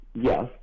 yes